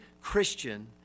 Christian